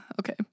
okay